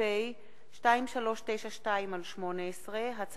פ/2392/18 וכלה בהצעת חוק פ/2398/18,